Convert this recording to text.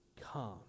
come